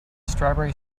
strawberry